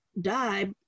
die